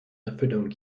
erfüllung